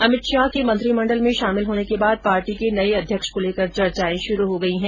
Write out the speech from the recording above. अमित शाह के मंत्रिमंडल में शामिल होने के बाद पार्टी के नये अध्यक्ष को लेकर चर्चाए शुरू हो गई है